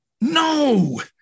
No